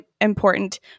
important